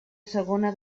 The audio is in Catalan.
segona